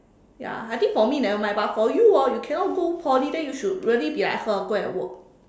ya I think for me nevermind but for you orh you cannot go Poly then you should really be like her and go and work